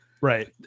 Right